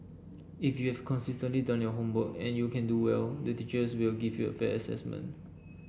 if you've consistently done your homework and you can do well the teachers will give you a fair assessment